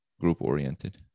group-oriented